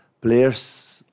players